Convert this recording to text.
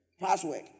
password